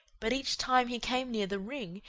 but each time he came near the ring,